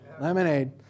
Lemonade